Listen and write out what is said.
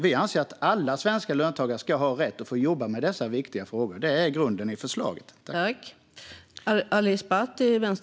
Vi anser att alla svenska löntagare ska ha rätt att jobba med dessa viktiga frågor. Det är grunden i förslaget.